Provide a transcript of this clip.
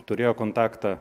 turėjo kontaktą